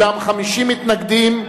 אולם 50 מתנגדים,